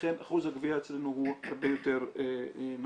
לכן אחוז הגבייה אצלנו הוא הרבה יותר נמוך.